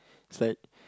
is like